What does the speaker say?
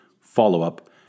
follow-up